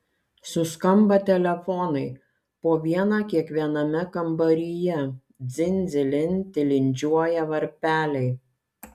suskamba telefonai po vieną kiekviename kambaryje dzin dzilin tilindžiuoja varpeliai